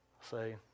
say